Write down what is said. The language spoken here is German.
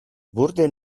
wurde